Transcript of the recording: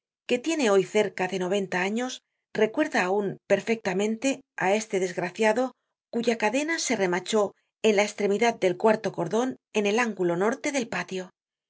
que tiene hoy cerca de noventa años recuerda aun perfectamente á este desgraciado cuya cadena se remachó en la estremidad del cuarto cordon en el ángulo norte del patio